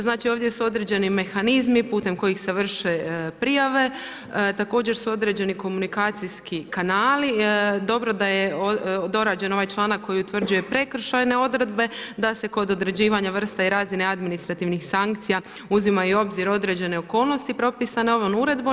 Znači ovdje su određeni mehanizmi putem kojih se vrše prijave, također su određeni komunikacijski kanali, dobro da je dorađen ovaj članak koji utvrđuje prekršajne odredbe, da se kod određivanja vrste i razine administrativnih sankcija uzimaju u obzir određene okolnosti propisane ovom uredbom.